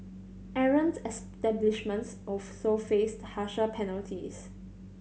errant establishments also faced harsher penalties